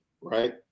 right